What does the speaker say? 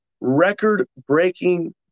record-breaking